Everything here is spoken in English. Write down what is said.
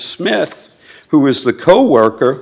smith who was the co worker